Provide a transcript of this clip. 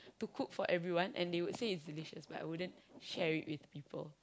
to cook for everyone and they would it's delicious but I wouldn't share it with people